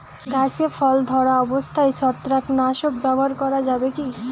গাছে ফল ধরা অবস্থায় ছত্রাকনাশক ব্যবহার করা যাবে কী?